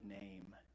name